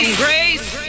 grace